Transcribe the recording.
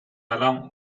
along